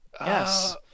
yes